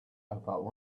about